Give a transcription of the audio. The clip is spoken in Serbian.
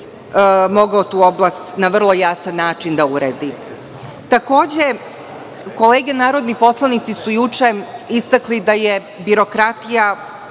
mogao tu oblast na vrlo jasan način da uredi. Takođe, kolege narodni poslanici su juče istakli da je birokratija